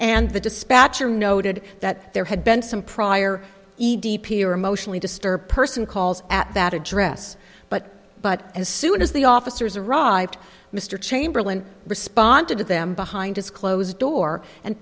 and the dispatcher noted that there had been some prior e d p or emotionally disturbed person calls at that address but but as soon as the officers arrived mr chamberlain responded to them behind his closed door and